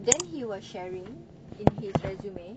then he was sharing in his resume